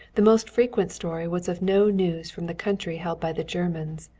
the most frequent story was of no news from the country held by the germans,